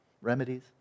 remedies